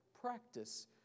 practice